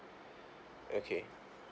okay